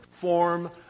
form